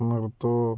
നിർത്തൂ